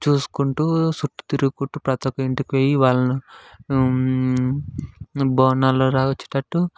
చూసుకుంటూ చుట్టూ తిరుగుకుంటూ ప్రతి ఒక్క ఇంటికి పోయి వాళ్ళను బోనాలు రా వచ్చేటట్టు